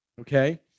okay